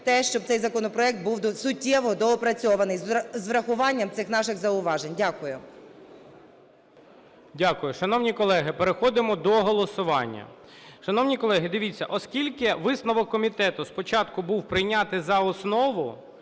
те, щоб цей законопроект був суттєво доопрацьований з урахуванням цих наших зауважень. Дякую. ГОЛОВУЮЧИЙ. Дякую. Шановні колеги, переходимо до голосування. Шановні колеги, дивіться, оскільки висновок комітету спочатку був прийняти за основу,